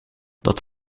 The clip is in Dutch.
dat